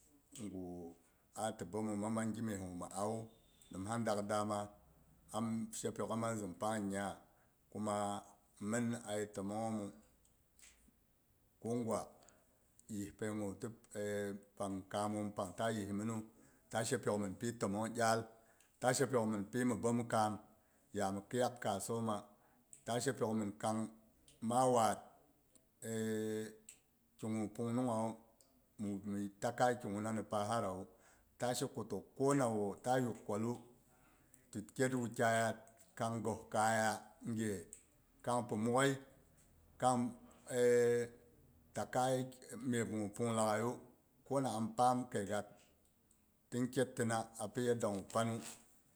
Dengi a ti bommina mang gi mess gu mhi awu. Nimha dak dama am shepyok ha mang zin pang nyaa. Kuma mhin a ye timmong hommu ko gwa yispai guh ti pang kammom pang ta yisminu ta she pyok min pi timong nyaal ta she pyok min pi mhi bomkam ya mhi khiyak kassoma. Ta she pyok min kang ma waad kiguh pungnunghawu mhi takaiy ki guh na pasarawu ta sheko to ko nawo ta yugh kwallu ti kya'at wukyaiyat kang ghos kaya ge, kang pi mwoghai kang kaiye myep guh pung la ghaiyu, ko na paam khaigat tin kyaat tina a pi yaad guh pannu.